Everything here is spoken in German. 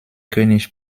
könig